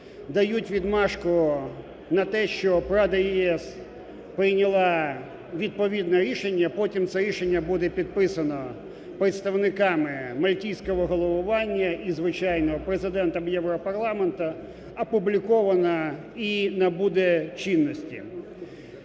дають відмашку на те, щоб Рада ЄС прийняла відповідне рішення, потім це рішення буде підписано представниками мальтійського голосування і, звичайно, Президентом Європарламенту, опубліковане і набуде чинності.